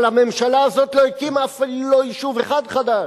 אבל הממשלה הזאת לא הקימה אפילו יישוב אחד חדש.